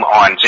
on